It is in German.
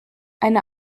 eine